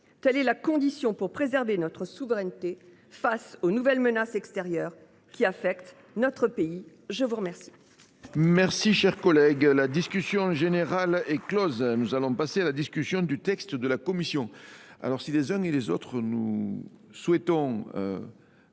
Telle est la condition pour préserver notre souveraineté face aux nouvelles menaces extérieures qui affectent notre pays ! La discussion